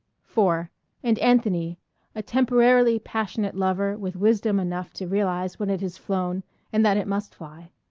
four and anthony a temporarily passionate lover with wisdom enough to realize when it has flown and that it must fly.